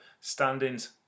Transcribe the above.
standings